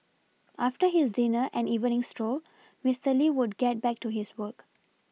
after his dinner and evening stroll Mister Lee would get back to his work